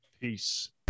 peace